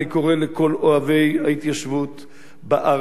אני קורא לכל אוהבי ההתיישבות בכל